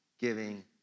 giving